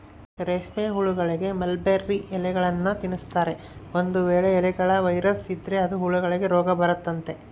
ರೇಷ್ಮೆಹುಳಗಳಿಗೆ ಮಲ್ಬೆರ್ರಿ ಎಲೆಗಳ್ನ ತಿನ್ಸ್ತಾರೆ, ಒಂದು ವೇಳೆ ಎಲೆಗಳ ವೈರಸ್ ಇದ್ರ ಅದು ಹುಳಗಳಿಗೆ ರೋಗಬರತತೆ